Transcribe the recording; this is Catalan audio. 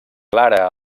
clara